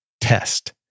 Test